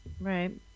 Right